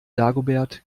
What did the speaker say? dagobert